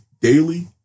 daily